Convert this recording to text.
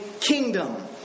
kingdom